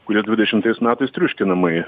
kuris dvidešimtais metais triuškinamai